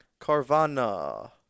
Carvana